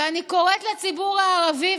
ואני קוראת לציבור הערבי,